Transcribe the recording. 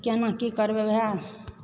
तऽ केना की करबै वएह